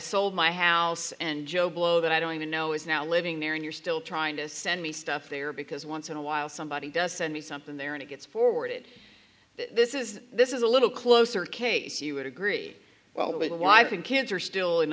sold my house and joe blow that i don't even know is now living there and you're still trying to send me stuff there because once in a while somebody does send me something there and it gets forwarded this is this is a little closer case you would agree well with the wife and kids are still in